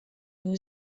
new